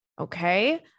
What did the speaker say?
okay